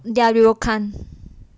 their ryokan